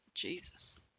Jesus